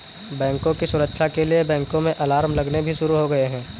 बैंकों की सुरक्षा के लिए बैंकों में अलार्म लगने भी शुरू हो गए हैं